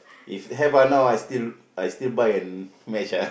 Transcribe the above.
if have ah now ah I still I still buy and match ah